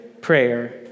prayer